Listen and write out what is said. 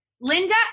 Linda